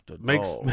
makes